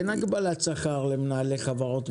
קפיטליסטי, אין הגבלת שכר למנהלי חברות,